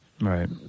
right